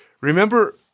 remember